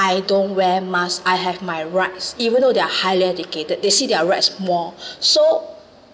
I don't wear mask I have my rights even though they are highly educated they say their rights more so